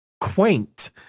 quaint